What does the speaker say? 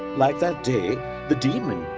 like that day the demon,